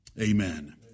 Amen